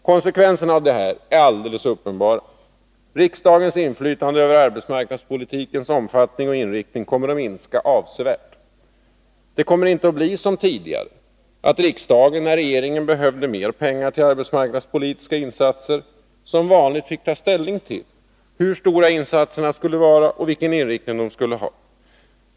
Konsekvenserna av detta är alldeles uppenbara: riksdagens inflytande över arbetsmarknadspolitikens omfattning och inriktning kommer att minska avsevärt. Det kommer inte att bli som det varit tidigare — att riksdagen, när regeringen behöver mer pengar till arbetsmarknadspolitiska insatser, som vanligt får ta ställning till hur stora insatserna skall vara och vilken inriktning de skall ha.